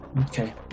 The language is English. okay